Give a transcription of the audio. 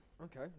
Okay